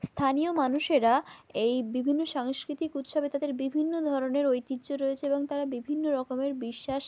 স্থানীয় মানুষেরা এই বিভিন্ন সাংস্কৃতিক উৎসবে তাদের বিভিন্ন ধরনের ঐতিহ্য রয়েছে এবং তারা বিভিন্ন রকমের বিশ্বাস